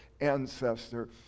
ancestor